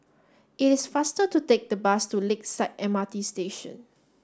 it is faster to take the bus to Lakeside M R T Station